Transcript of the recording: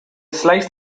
slice